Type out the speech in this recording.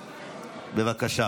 בבקשה.